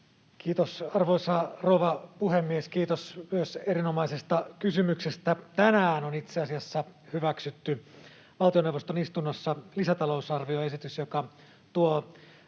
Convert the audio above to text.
Kiitos, arvoisa rouva puhemies! Kiitos myös erinomaisesta kysymyksestä. Tänään on itse asiassa hyväksytty valtioneuvoston istunnossa lisätalousarvioesitys, joka tuo